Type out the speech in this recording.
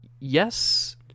yes